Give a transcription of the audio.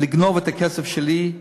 לגנוב את הכסף שלי,